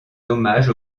hommage